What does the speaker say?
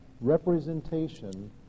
representation